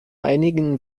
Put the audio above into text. einigen